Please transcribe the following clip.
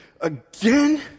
again